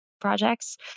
projects